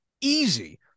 Easy